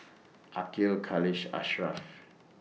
Aqil Khalish and Ashraff